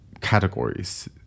categories